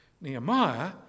nehemiah